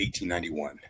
1891